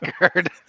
record